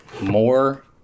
more